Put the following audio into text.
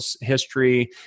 history